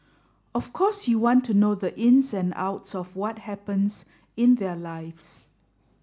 of course you want to know the ins and outs of what happens in their lives